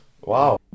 Wow